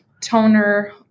Toner